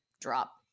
drop